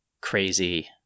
crazy